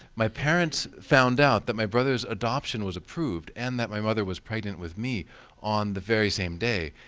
my parents found out that my brother's adoption was approved and that my mother was pregnant with me on the very same day.